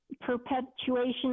perpetuation